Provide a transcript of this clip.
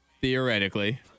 theoretically